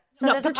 No